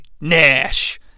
Nash